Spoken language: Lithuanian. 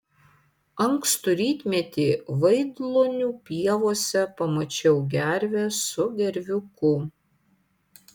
ankstų rytmetį vaidlonių pievose pamačiau gervę su gerviuku